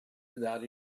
without